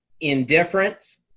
indifference